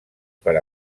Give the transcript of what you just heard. per